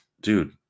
dude